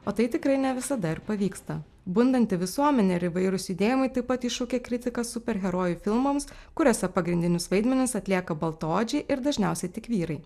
o tai tikrai ne visada ir pavyksta bundanti visuomenė ir įvairūs judėjimai taip pat iššaukė kritiką superherojų filmams kuriuose pagrindinius vaidmenis atlieka baltaodžiai ir dažniausiai tik vyrai